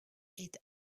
est